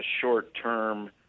short-term